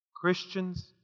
Christians